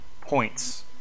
points